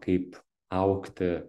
kaip augti